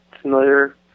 familiar